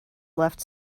left